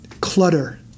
Clutter